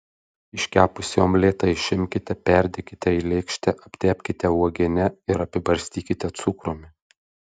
iškepusį omletą išimkite perdėkite į lėkštę aptepkite uogiene ir apibarstykite cukrumi